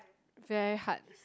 very hard